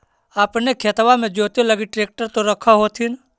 अपने खेतबा मे जोते लगी ट्रेक्टर तो रख होथिन?